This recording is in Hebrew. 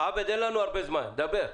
עבד אבו שחאדה, חבר מועצת העיר תל-אביב, בבקשה.